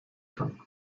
kann